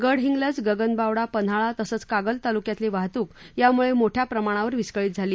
गडहिंग्लज गगनबावडा पन्हाळा तसंच कागल तालुक्यातली वाहतुक यामुळे मोठ्या प्रमाणावर विस्कळीत झाली